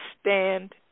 stand